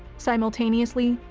simultaneously,